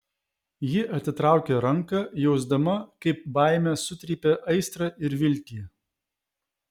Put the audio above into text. ji atitraukė ranką jausdama kaip baimė sutrypia aistrą ir viltį